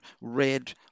red